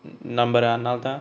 நம்புர அதனாலதா:nambura athanalatha